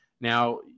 now